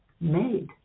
made